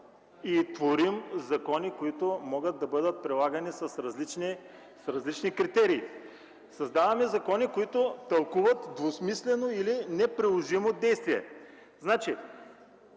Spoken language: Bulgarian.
и творим закони, които могат да бъдат прилагани с различни критерии. Създаваме закони, които тълкуват двусмислено или неприложимо действие.